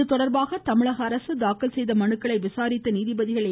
இதுதொடர்பாக தமிழக அரசு தாக்கல் செய்த மனுக்களை விசாரித்த நீதிபதிகள் ஏ